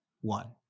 one